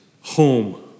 home